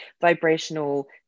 vibrational